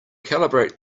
calibrate